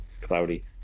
cloudy